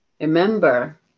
Remember